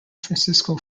francisco